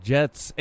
Jets